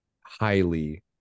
highly